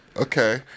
okay